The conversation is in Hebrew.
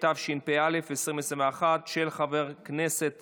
התשפ"א 2021, של חבר הכנסת